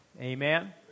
Amen